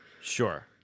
Sure